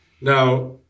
Now